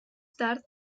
tard